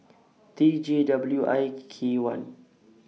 T J W I K one